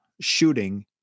shooting